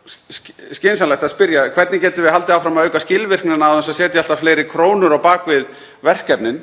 mjög skynsamlegt að spyrja: Hvernig getum við haldið áfram að auka skilvirknina án þess að setja alltaf fleiri krónur á bak við verkefnin?